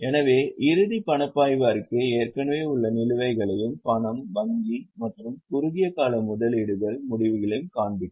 எனவே இறுதி பணப்பாய்வு அறிக்கை ஏற்கனவே உள்ள நிலுவைகளையும் பணம் வங்கி மற்றும் குறுகிய கால முதலீடுகளின் முடிவையும் காண்பிக்கும்